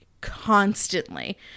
constantly